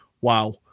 wow